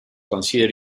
consider